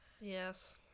Yes